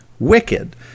Wicked